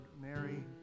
Mary